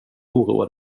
oroa